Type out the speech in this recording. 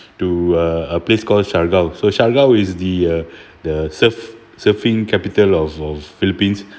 to a a place called siargao so siargao is the uh the surf surfing capital of of philippines